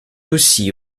aussi